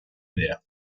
idea